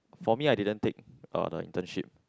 for me I didn't take uh the internship